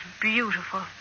beautiful